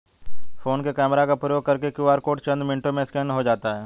phone के camera का प्रयोग करके क्यू.आर कोड चंद मिनटों में स्कैन हो जाता है